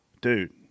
Dude